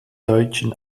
deutschen